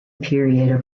period